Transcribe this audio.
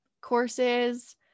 courses